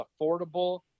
affordable